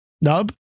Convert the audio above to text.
Nub